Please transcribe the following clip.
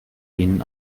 ihnen